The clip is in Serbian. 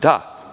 Da.